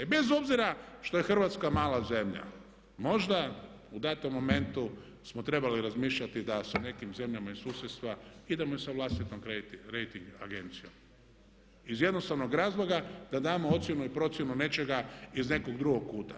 I bez obzira što je Hrvatska mala zemlja, možda u datom momentu smo trebali razmišljati da sa nekim zemljama iz susjedstva idemo i sa vlastitom rejting agencijom iz jednostavnog razloga da damo ocjenu i procjenu nečega iz nekog drugog kuta.